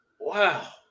Wow